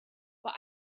but